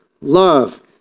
love